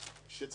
שיש להתאימם.